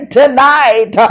tonight